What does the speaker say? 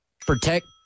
Protect